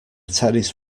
tennis